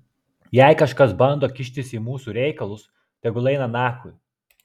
jei kažkas bando kištis į mūsų reikalus tegul eina nachui